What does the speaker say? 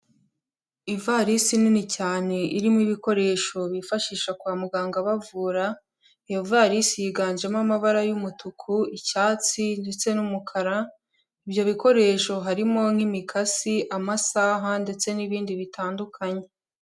Ivarisi nini cyane irimo ibikoresho bifashisha kwa muganga bavura, iyo ivasi yiganjemo amabara y'umutuku, icyatsi ndetse n'umukara, ibyo bikoresho harimo nk'imikasi, amasaha ndetse n'ibindi bitandukanye.